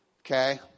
Okay